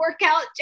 workout